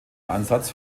ansatz